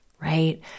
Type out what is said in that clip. right